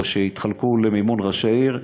או שיתחלקו למימון ראשי עיר.